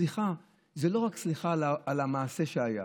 סליחה זה לא רק סליחה על המעשה שהיה,